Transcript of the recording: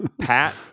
Pat